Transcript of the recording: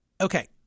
Okay